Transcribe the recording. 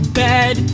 bed